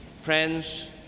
friends